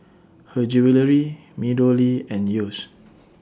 Her Jewellery Meadowlea and Yeo's